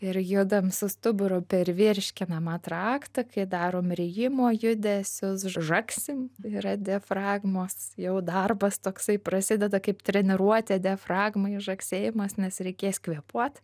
ir judam su stuburu per virškinamą traktą kai darom rijimo judesius žagsim yra diafragmos jau darbas toksai prasideda kaip treniruotė diafragmai žagsėjimas nes reikės kvėpuot